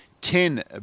Ten